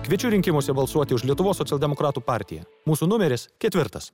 kviečiu rinkimuose balsuoti už lietuvos socialdemokratų partiją mūsų numeris ketvirtas